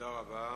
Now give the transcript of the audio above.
תודה רבה.